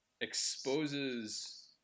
exposes